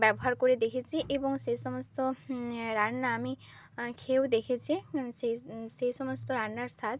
ব্যবহার করে দেখেছি এবং সে সমস্ত এ রান্না আমি খেয়েও দেখেছে সে সে সমস্ত রান্নার স্বাদ